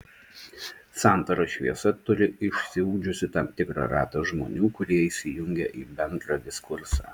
santara šviesa turi išsiugdžiusi tam tikrą ratą žmonių kurie įsijungia į bendrą diskursą